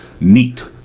neat